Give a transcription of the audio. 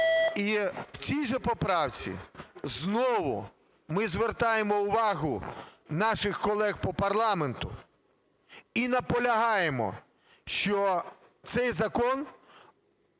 І в цій же поправці знову ми звертаємо увагу наших колег по парламенту і наполягаємо, що цей закон